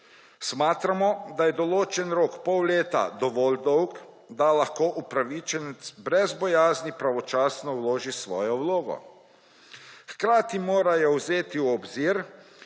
Smatramo, da je določeni rok pol leta dovolj dolg, da lahko upravičenec brez bojazni pravočasno vloži svojo vlogo. Hkrati morajo vzeti v obzir,